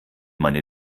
meine